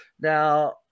Now